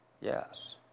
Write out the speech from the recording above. Yes